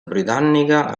britannica